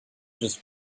just